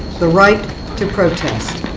the right to protest.